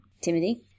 Timothy